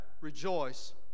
rejoice